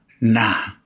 Nah